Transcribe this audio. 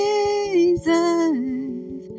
Jesus